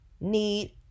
need